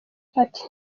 ati